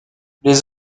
les